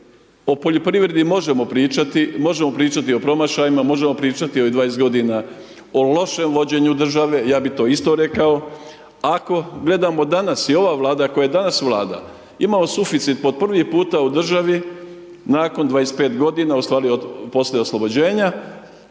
O poljoprivredi možemo pričati, možemo pričati o promašajima, možemo pričati o 20 godina o lošem vođenju države, ja bih to isto rekao, ako gledamo danas, i ova Vlada koja danas vlada, imamo suficit po prvi puta u državi nakon 25 godina, u stvari poslije oslobođenja,